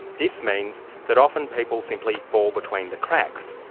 this means that often people simply fall between the cracks,